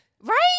Right